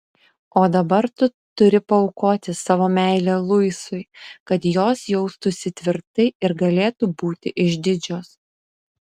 o dabar tu turi paaukoti savo meilę luisui kad jos jaustųsi tvirtai ir galėtų būti išdidžios